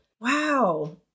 Wow